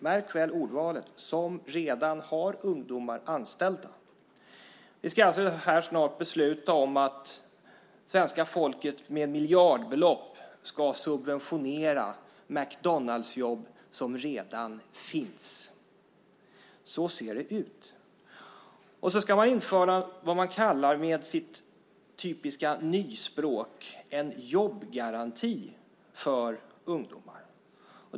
Märk väl ordvalet - som redan har ungdomar anställda! Vi ska alltså snart här besluta om att svenska folket med miljardbelopp ska subventionera McDonaldsjobb som redan finns. Så ser det ut. Man ska också införa vad man på sitt typiska nyspråk kallar för en jobbgaranti för ungdomar.